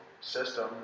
system